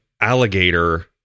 alligator